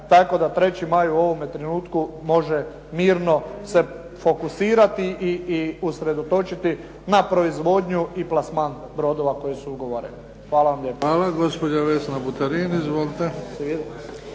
tako da "3. maj" u ovome trenutku može mirno se fokusirati i usredotočiti na proizvodnju i plasman brodova koji su ugovoreni. Hvala vam lijepa. **Bebić, Luka (HDZ)** Hvala. Gospođa Vesna Buterin. Izvolite.